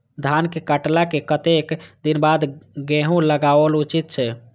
धान के काटला के कतेक दिन बाद गैहूं लागाओल उचित छे?